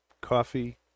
coffee